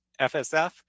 FSF